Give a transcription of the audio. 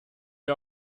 wir